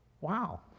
Wow